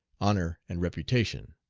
honor and reputation.